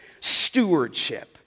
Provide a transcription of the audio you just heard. stewardship